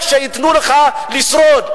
רק שייתנו לך לשרוד?